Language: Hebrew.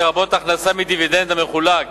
לרבות הכנסה מדיבידנד המחולק